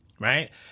Right